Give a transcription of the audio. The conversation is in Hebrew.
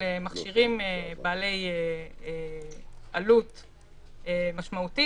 אלה מכשירים בעלי עלות משמעותית,